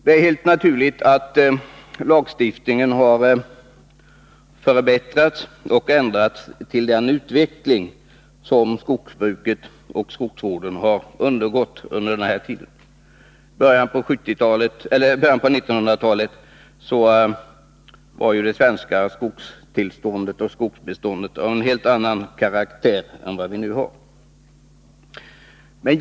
Det är helt naturligt att lagstiftningen har förbättrats och anpassats till den utveckling som skogsbruket och skogsvården har undergått under den här tiden. I början av 1900-talet var ju det svenska skogsbeståndets tillstånd av en helt annan karaktär än nu.